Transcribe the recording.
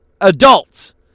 adults